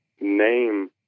name